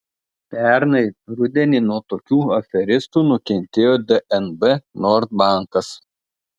pernai rudenį nuo tokių aferistų nukentėjo dnb nord bankas